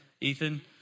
Ethan